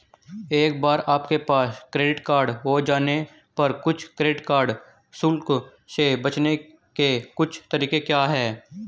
एक बार आपके पास क्रेडिट कार्ड हो जाने पर कुछ क्रेडिट कार्ड शुल्क से बचने के कुछ तरीके क्या हैं?